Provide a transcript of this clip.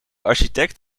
architect